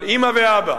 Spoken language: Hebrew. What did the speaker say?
על אמא ואבא.